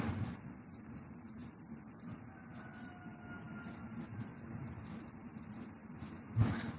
ছাত্র হ্যাঁ